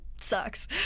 sucks